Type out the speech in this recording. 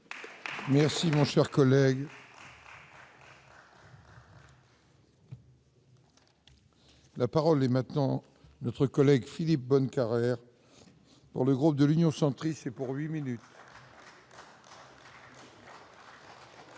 Merci mon cher collègue. La parole est maintenant notre collègue Philippe bonne Carrère pour le groupe de l'Union centriste et pour 8 minutes.